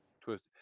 twist